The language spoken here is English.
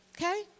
Okay